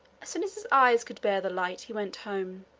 as soon as his eyes could bear the light he went home,